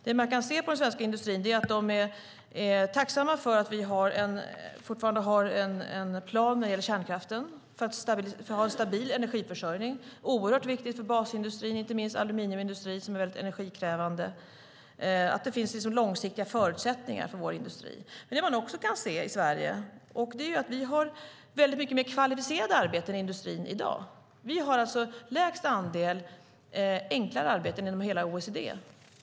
Den svenska industrin är tacksam för att vi fortfarande har en plan för kärnkraften, det vill säga en stabil energiförsörjning. Det är oerhört viktigt för basindustrin, inte minst aluminiumindustrin som är energikrävande. Det ska finnas långsiktiga förutsättningar för vår industri. Det vi också kan se i Sverige är att det finns fler kvalificerade arbeten i industrin i dag. I Sverige finns lägst andel enklare arbeten inom hela OECD.